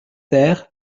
ter